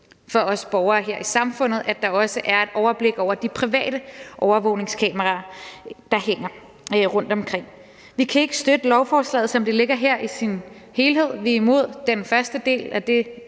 for os borgere her i samfundet, altså at der også er et overblik over de private overvågningskameraer, der hænger rundt omkring. Vi kan ikke støtte lovforslaget, som det ligger her, i sin helhed. Vi er imod den første del af det,